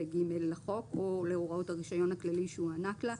ו-(ג) לחוק או להוראות הרישיון הכללי שהוענק לה,